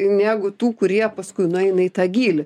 negu tų kurie paskui nueina į tą gylį